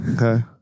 Okay